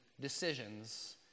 decisions